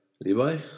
Levi